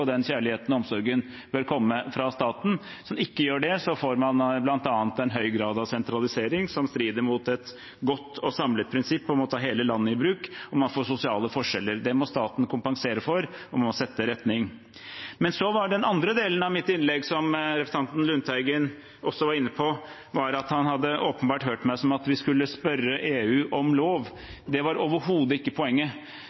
den kjærligheten og omsorgen bør komme fra staten. Hvis den ikke gjør det, får man bl.a. en høy grad av sentralisering, som strider mot et godt og samlet prinsipp om å ta hele landet i bruk, og man får sosiale forskjeller. Det må staten kompensere for, og man må sette retning. Men så til den andre delen av mitt innlegg, som representanten Lundteigen også var inne på – han hørte meg åpenbart som at vi skulle spørre EU om